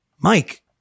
Mike